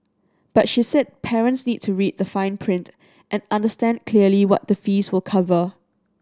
but she said parents need to read the fine print and understand clearly what the fees will cover